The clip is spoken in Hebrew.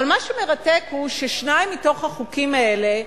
אבל מה שמרתק הוא, ששניים מתוך החוקים האלה,